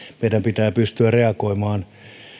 meidän pitää pystyä reagoimaan